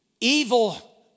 evil